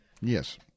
Yes